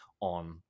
on